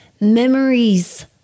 memories